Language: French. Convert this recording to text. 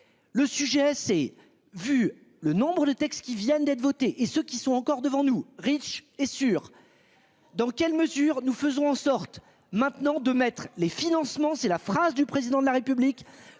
Le sujet s'est vu le nombres de textes qui viennent d'être voté et ceux qui sont encore devant nous riche et sur. Dans quelle mesure nous faisons en sorte maintenant de mettre les financements. C'est la phrase du président de la République